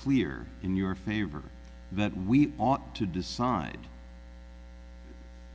clear in your favor that we ought to decide